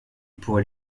pour